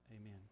Amen